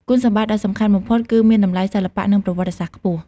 គុណសម្បត្តិដ៏សំខាន់បំផុតគឺមានតម្លៃសិល្បៈនិងប្រវត្តិសាស្ត្រខ្ពស់។